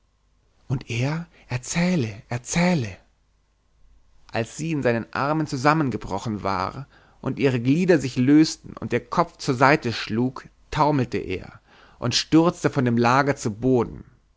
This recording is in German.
und er erzähle erzähle als sie in seinen armen zusammengebrochen war und ihre glieder sich lösten und ihr kopf zur seite schlug taumelte er und stürzte von dem lager zu boden